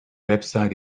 website